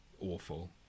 awful